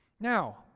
Now